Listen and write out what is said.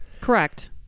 Correct